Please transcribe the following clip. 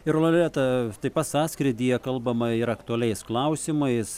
ir loreta taip pat sąskrydyje kalbama ir aktualiais klausimais